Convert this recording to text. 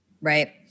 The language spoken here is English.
Right